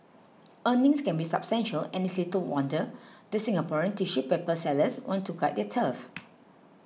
earnings can be substantial and it is little wonder the Singaporean tissue paper sellers want to guard their turf